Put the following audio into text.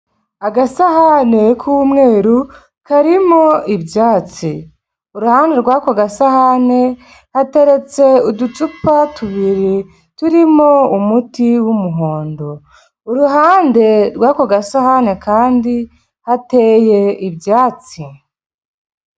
Agasahane k'umweru karimo ibyatsi, uruhande rw'ako gasahane hateretse uducupa tubiri turimo umuti w'umuhondo, uruhande rw'ako gasahane kandi hateye ibyatsi.